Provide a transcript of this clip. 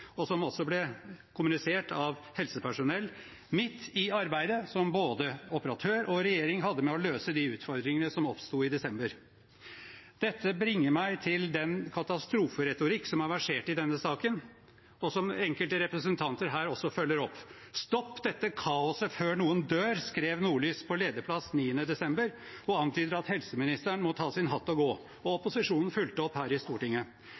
og som også ble kommunisert av helsepersonell midt i arbeidet som både operatør og regjering hadde med å løse de utfordringene som oppsto i desember. Dette bringer meg til den katastroferetorikken som har versert i denne saken, og som enkelte representanter her følger opp. «Stopp dette kaoset før noen dør», skrev Nordlys på lederplass den 9. desember, og antydet at helseministeren måtte ta sin hatt og gå. Og opposisjonen fulgte opp her i Stortinget.